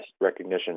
recognition